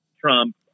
Trump